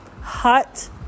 hut